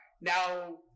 Now